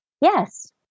yes